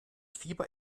fieber